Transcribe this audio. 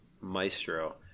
maestro